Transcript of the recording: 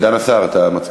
סגן השר, אתה מצביע?